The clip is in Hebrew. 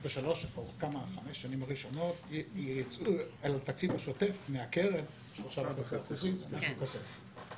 קבע שבחמש השנים הראשונות ייצאו לתקציב השוטף מהקרן 3.5%. לא,